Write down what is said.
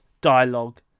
dialogue